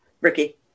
Ricky